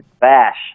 Bash